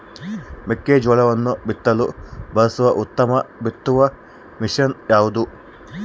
ಮೆಕ್ಕೆಜೋಳವನ್ನು ಬಿತ್ತಲು ಬಳಸುವ ಉತ್ತಮ ಬಿತ್ತುವ ಮಷೇನ್ ಯಾವುದು?